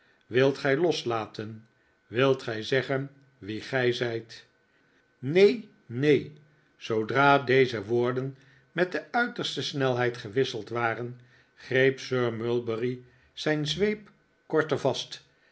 wilt gij loslaten wilt gij zeggen wie gij zijt neen neen zoodra deze woorden met de uiterste snelheid gewisseld waren greep sir mulberry zijn zweep korter vast